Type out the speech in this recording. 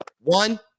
One